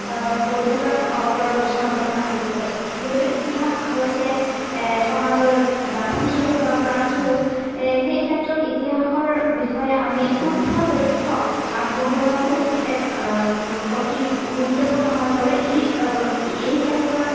বৈধতাৰ ওপৰত প্ৰশ্নবোধক আহি পৰে যিহেতু ইতিহাস হৈছে সমাজৰ দাপোনস্বৰূপ বা প্ৰাণস্বৰূপ সেই ক্ষেত্ৰত ইতিহাসৰ বিষয়ে আমি শুদ্ধ তথ্য আগবঢ়োৱাটো এক অতি গুৰুত্বপূৰ্ণ হৈ পৰে ই এই ক্ষেত্ৰত